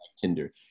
Tinder